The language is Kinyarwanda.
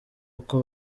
uko